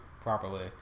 properly